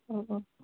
औ औ